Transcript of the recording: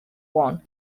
one